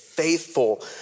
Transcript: Faithful